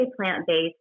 plant-based